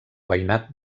veïnat